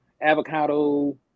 avocado